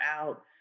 out